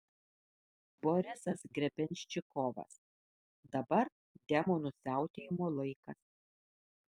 borisas grebenščikovas dabar demonų siautėjimo laikas